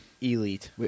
Elite